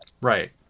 Right